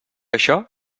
això